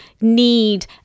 need